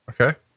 Okay